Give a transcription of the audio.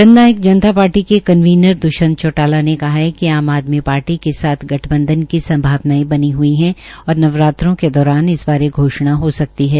जन नायक जनता पार्टी के कन्वीनर द्वष्यंत चौटाला ने कहा है कि आम आदमी पार्टी के साथ गठबंधन की संभानायें बनी हई है और नवरात्रो के दौरान इस बारे घोष्णा हो सकती है